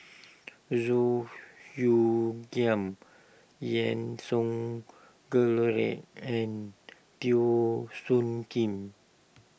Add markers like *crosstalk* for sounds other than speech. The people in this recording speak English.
*noise* Zhu Xu Giam Yean Song *unintelligible* and Teo Soon Kim